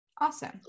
Awesome